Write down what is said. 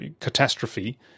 catastrophe